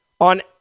on